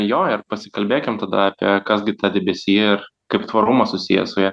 jo ir pasikalbėkim tada apie kas gi ta debesija ir kaip tvarumas susijęs su ja